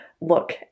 look